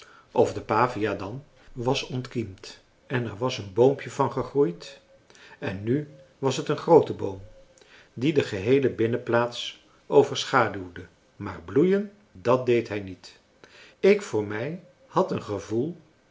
of de pavia dan was ontkiemd en er was een boompje van gegroeid en nu was het een groote boom die de geheele binnenplaats overschaduwde maar bloeien dat deed hij niet ik voor mij had een gevoel